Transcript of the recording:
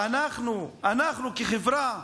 אנחנו, אנחנו כחברה וכהנהגה,